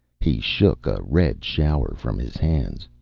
he shook a red shower from his hands.